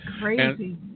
crazy